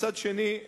מצד שני,